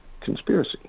conspiracy